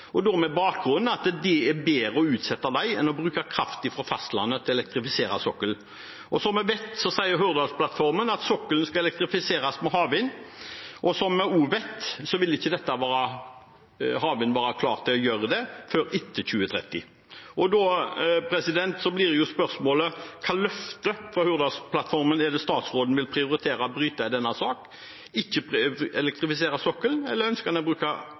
da med bakgrunn i at det er bedre å utsette dem enn å bruke kraft fra fastlandet til å elektrifisere sokkelen. Som vi vet, sier Hurdalsplattformen at sokkelen skal elektrifiseres med havvind, og som vi også vet, vil ikke havvind være klart for dette før etter 2030. Da bli jo spørsmålet: Hvilket løfte fra Hurdalsplattformen er det statsråden vil prioritere å bryte i denne saken – å ikke elektrifisere sokkelen eller å bruke kraft fra land for å gjøre det? Jeg må ærlig innrømme at